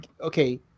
okay